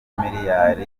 miliyari